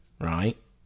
right